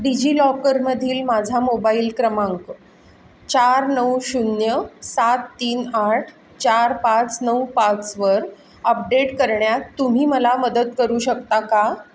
digi लॉकरमधील माझा mobile क्रमांक चार नऊ शून्य सात तीन आठ चार पाच नऊ पाचवर अपडेट करण्यात तुम्ही मला मदत करू शकता का